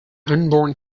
unborn